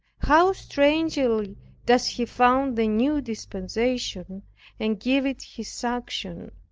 how strangely does he found the new dispensation and give it his sanction!